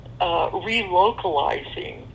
relocalizing